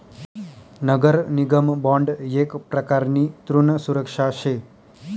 नगर निगम बॉन्ड येक प्रकारनी ऋण सुरक्षा शे